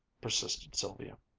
persisted sylvia.